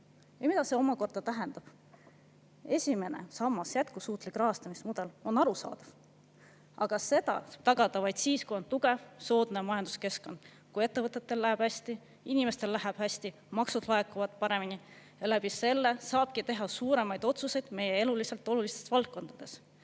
Mida see omakorda tähendab? Esimene sammas, jätkusuutlik rahastamismudel, on arusaadav, aga seda saab tagada vaid siis, kui on tugev, soodne majanduskeskkond. Kui ettevõtetel läheb hästi, inimestel läheb hästi, maksud laekuvad paremini, siis läbi selle saabki teha suuremaid otsuseid meie eluliselt olulistes valdkondades.